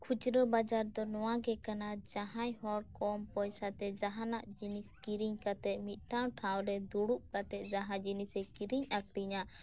ᱠᱷᱩᱪᱨᱟᱹ ᱵᱟᱡᱟᱨ ᱫᱚ ᱱᱚᱣᱟ ᱜᱮ ᱠᱟᱱᱟ ᱡᱟᱦᱟᱸᱭ ᱦᱚᱲ ᱠᱚᱢ ᱯᱚᱭᱥᱟᱛᱮ ᱡᱟᱦᱟᱸᱱᱟᱜ ᱡᱤᱱᱤᱥ ᱠᱤᱨᱤᱧ ᱠᱟᱛᱮᱫ ᱢᱤᱫᱴᱟᱝ ᱴᱷᱟᱶ ᱨᱮ ᱫᱩᱲᱩᱵ ᱠᱟᱛᱮ ᱡᱟᱦᱟᱸ ᱡᱤᱱᱤᱥᱮ ᱠᱤᱨᱤᱧ ᱟᱠᱷᱨᱤᱧᱟ